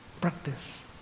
practice